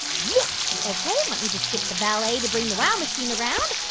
yes. ok. let me just get the valet to bring the wow machine around.